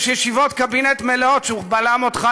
יש ישיבות קבינט מלאות שהוא בלם אותך,